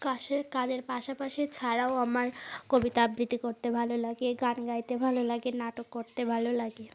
কাজের কালের পাশাপাশি ছাড়াও আমার কবিতা আবৃত্তি করতে ভালো লাগে গান গাইতে ভালো লাগে নাটক করতে ভালো লাগে